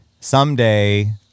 someday